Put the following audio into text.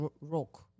rock